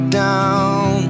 down